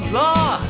law